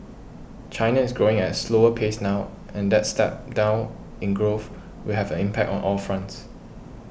China is growing as slower pace now and that step down in growth will have an impact on all fronts